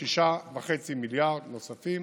ב-6.5 מיליארד ש"ח נוספים